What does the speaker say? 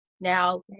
Now